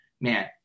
man